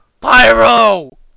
Pyro